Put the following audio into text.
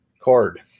card